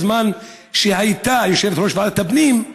בזמן שהייתה יושבת-ראש ועדת הפנים,